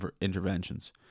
interventions